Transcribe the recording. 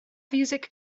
fiwsig